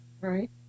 Right